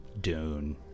Dune